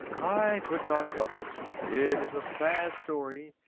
i could not help it. it is a sad story,